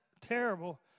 terrible